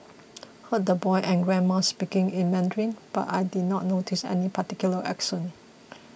heard the boy and grandma speaking in Mandarin but I did not notice any particular accent